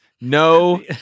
no